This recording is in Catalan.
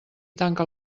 tanca